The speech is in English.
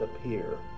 appear